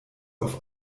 auf